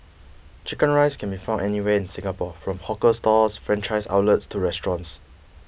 Chicken Rice can be found anywhere in Singapore from hawker stalls franchised outlets to restaurants